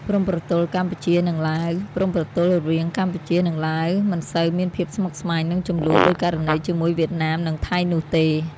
ព្រំប្រទល់កម្ពុជា-ឡាវ ព្រំប្រទល់រវាងកម្ពុជា និងឡាវមិនសូវមានភាពស្មុគស្មាញ និងជម្លោះដូចករណីជាមួយវៀតណាម និងថៃនោះទេ។